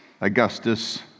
Augustus